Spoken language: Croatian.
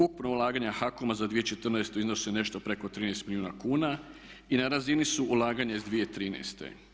Ukupna ulaganja HAKOM-a za 2014. iznose nešto preko 13 milijuna kuna i na razini su ulaganja iz 2013.